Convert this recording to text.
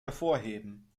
hervorheben